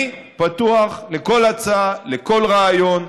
אני פתוח לכל הצעה, לכל רעיון,